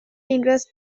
interest